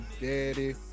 daddy